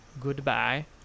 goodbye